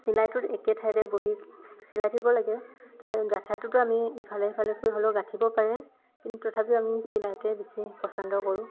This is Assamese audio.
চিলাইটোত একে ঠাইতে বহি চিলাই থাকিব লাগে আমি ইফালে ইফালেকৈ হ'লেও গাঁঠিব পাৰে কিন্তু তথাপিও আমি চিলাইটোৱে বেছি পচন্দ কৰোঁ